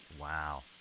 Wow